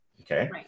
Okay